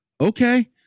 Okay